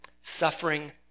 suffering